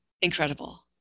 incredible